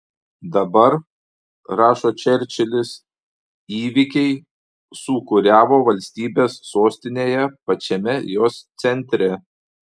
dabar rašo čerčilis įvykiai sūkuriavo valstybės sostinėje pačiame jos centre